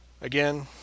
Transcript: Again